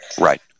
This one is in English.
Right